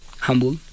humble